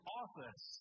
office